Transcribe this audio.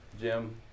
Jim